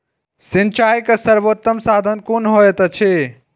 सिंचाई के सर्वोत्तम साधन कुन होएत अछि?